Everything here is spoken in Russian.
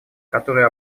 которые